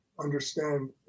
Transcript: understand